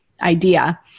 idea